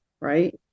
right